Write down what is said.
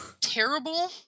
terrible